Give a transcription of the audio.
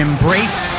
Embrace